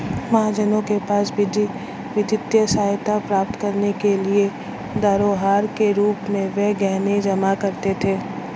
महाजनों के पास वित्तीय सहायता प्राप्त करने के लिए धरोहर के रूप में वे गहने जमा करते थे